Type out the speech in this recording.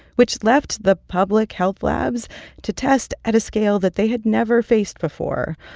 which left the public health labs to test at a scale that they had never faced before,